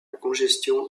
congestion